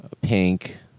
Pink